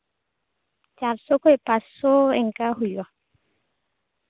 ᱪᱟᱨᱥᱚ ᱠᱷᱚᱡ ᱯᱟᱥᱥᱚ ᱚᱱᱠᱟ ᱦᱩᱭᱩᱜᱼᱟ